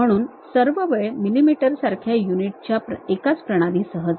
म्हणून सर्व वेळ मिमी सारख्या युनिट्सच्या एकाच प्रणालीसह जा